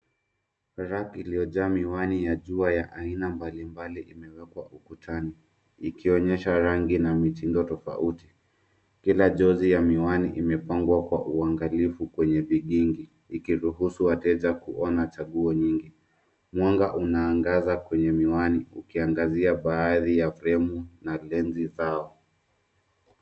Rafu iliyojaa miwani ya jua ya aina mbalimbali imewekwa ukutani ikionyesha rangi na mitindo tofauti. Kila jozi ya miwani imepangwa kwa uangalifu kwenye vigingi ikidhubutu wateja kuona chaguo nyingi. Mwanga unaangaza kwenye miwani ukiangazia baadhi ya fremu na benzi zao.